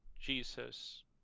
Jesus